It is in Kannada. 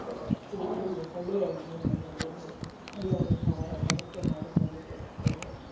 ಇ ಇಲ್ಲಿ ಹಳ್ಳಿಯ ಜೀವನದಲ್ಲಿ ಉ ಎಲ್ಲರು ಹೊಲಕ್ಕೆ ಮಾಡಿಕೊಂಡು ಹೋಗುತ್ತೇವೆ